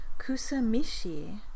kusamishi